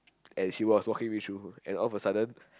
and she was walking me through and all of a sudden